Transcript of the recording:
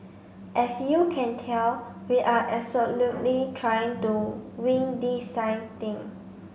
as you can tell we are absolutely trying to wing this science thing